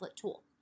tool